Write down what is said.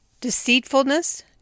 Deceitfulness